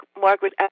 Margaret